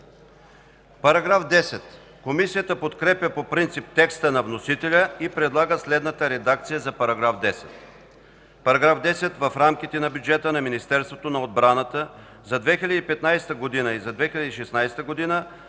МИХО МИХОВ: Комисията подкрепя по принцип текста на вносителя и предлага следната редакция за §10: „§ 10. В рамките на бюджета на Министерството на отбраната за 2015 г. и за 2016 г.